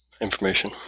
information